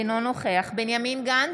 אינו נוכח בנימין גנץ,